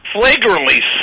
flagrantly